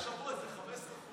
הגשת השבוע איזה 15 חוקים.